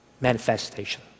manifestation